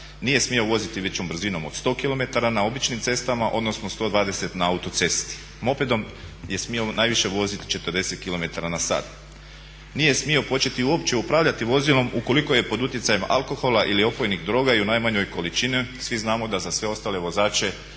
nije smio voziti većom brzinom od 100 km na običnim cestama odnosno 120 na autocesti. Mopedom je smio najviše voziti 40 km na sat. Nije smio početi uopće upravljati vozilom ukoliko je pod utjecajem alkohola ili opojnih droga i u najmanjoj količini, svi znamo da za sve ostale vozače